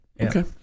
Okay